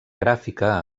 gràfica